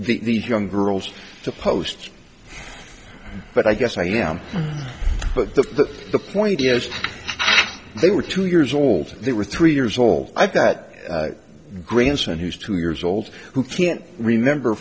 g the young girls to post but i guess i am but the point is they were two years old they were three years old i thought grandson who's two years old who can't remember